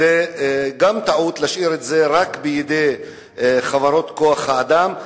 זו גם טעות להשאיר את זה רק בידי חברות כוח-האדם.